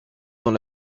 dans